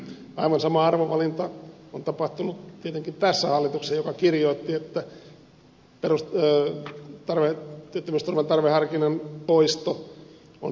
aivan sama arvovalinta on tapahtunut tietenkin tässä hallituksessa joka kirjoitti että työttömyysturvan tarveharkinnan poisto on selvitettävä